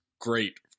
great